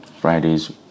fridays